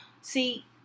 See